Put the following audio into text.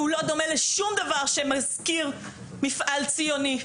והוא לא דומה לשום דבר שמזכיר מפעל ציוני.